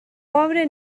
pobre